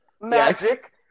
Magic